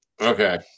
okay